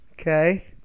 okay